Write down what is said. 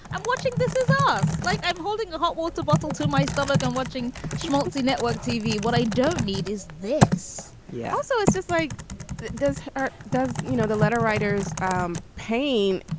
i'm watching this is us like i'm holding a hot water bottle to my stomach and watching schmaltzy network tv what i don't need is this yeah. so it's just like it does ah it does you know the letter writers um pain.